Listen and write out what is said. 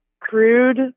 crude